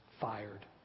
fired